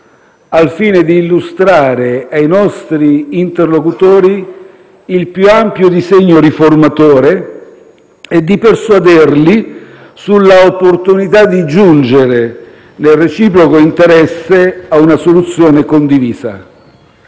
al fine di illustrare ai nostri interlocutori il più ampio disegno riformatore e di persuaderli sulla opportunità di giungere, nel reciproco interesse, a una soluzione condivisa.